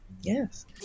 Yes